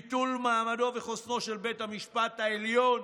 של ביטול מעמדו וחוסנו של בית המשפט העליון,